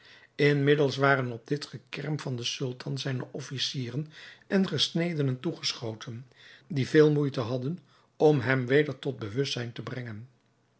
inmiddels waren op dit gekerm van den sultan zijne officieren en gesnedenen toegeschoten die veel moeite hadden om hem weder tot bewustzijn te brengen